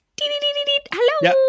hello